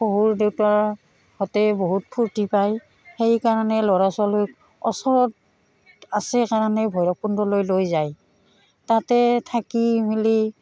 শহুৰদেউতাৰহঁতে বহুত ফূৰ্তি পায় সেইকাৰণে ল'ৰা ছোৱালীক ওচৰত আছে কাৰণে ভৈৰৱকুণ্ডলৈ লৈ যায় তাতে থাকি মেলি